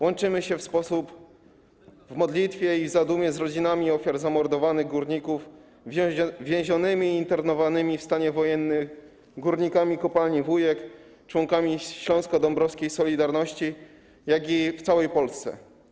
Łączymy się w modlitwie i w zadumie z rodzinami ofiar zamordowanych górników, z więzionymi i internowanymi w stanie wojennym górnikami kopalni Wujek, członkami śląsko-dąbrowskiej „Solidarności”, jak i w całej Polsce.